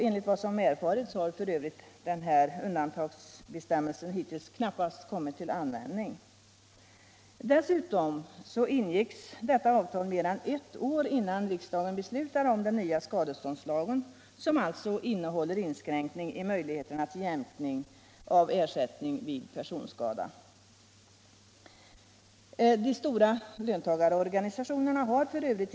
Enligt vad som erfarits har f. ö. undantagsbestämmelsen hittills knappast kommit till användning. Dessutom ingicks detta avtal mer än ett år innan riksdagen beslutade om den nya skadeståndslagen, som alltså innehåller inskränkning i möjlig heterna till jämkning av ersättning vid personskada. De stora löntagarorganisationerna har f.ö.